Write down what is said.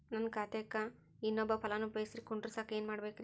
ನನ್ನ ಖಾತೆಕ್ ಇನ್ನೊಬ್ಬ ಫಲಾನುಭವಿ ಹೆಸರು ಕುಂಡರಸಾಕ ಏನ್ ಮಾಡ್ಬೇಕ್ರಿ?